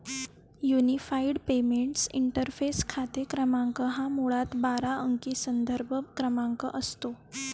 unified payments interface खाते क्रमांक हा मुळात बारा अंकी संदर्भ क्रमांक असतो